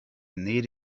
need